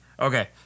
Okay